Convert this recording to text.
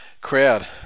Crowd